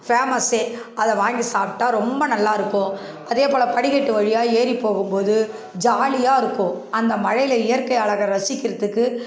ஃபேமஸ்ஸே அதை வாங்கி சாப்பிடா ரொம்ப நல்லாயிருக்கும் அதேபோல் படிக்கட்டு வழியாக ஏறி போகும்போது ஜாலியாக இருக்கும் அந்த மழையில் இயற்கை அழகை ரசிக்கிறத்துக்கு